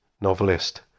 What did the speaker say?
novelist